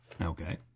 Okay